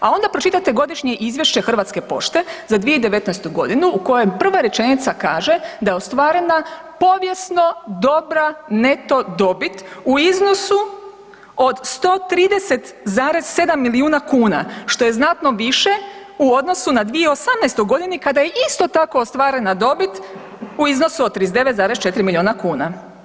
A onda pročitajte godišnje izvješće Hrvatske pošte za 2019. g. u kojem prva rečenica kaže da je ostvarena povijesno dobra neto dobit u iznosu od 130,7 milijuna kn, što je znatno više u odnosu na 2018. g. kada je isto tako ostvarena dobit u iznosu od 39,4 milijuna kuna.